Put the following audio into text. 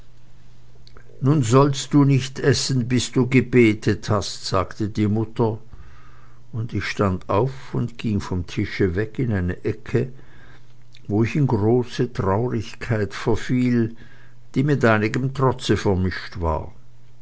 nun sollst du nicht essen bis du gebetet hast sagte die mutter und ich stand auf und ging vom tische weg in eine ecke wo ich in grolle traurigkeit verfiel die mit einigem trotze vermischt war